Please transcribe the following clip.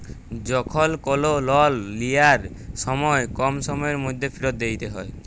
যখল কল লল লিয়ার সময় কম সময়ের ম্যধে ফিরত দিইতে হ্যয়